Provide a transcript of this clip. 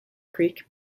creek